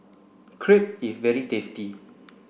crepe is very tasty